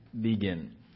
Begin